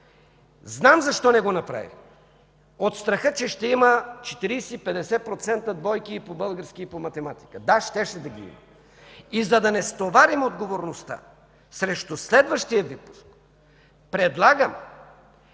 Знам защо не го направихте – от страха, че ще има 40-50% двойки по български и по математика. Да, щеше да ги има. И за да не стоварим отговорността срещу следващия випуск, предлагам